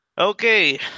Okay